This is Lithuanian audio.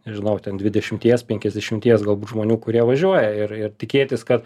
nežinau ten dvidešimties penkiasdešimties galbūt žmonių kurie važiuoja ir ir tikėtis kad